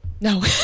No